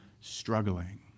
struggling